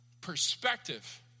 perspective